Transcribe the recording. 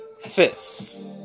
fists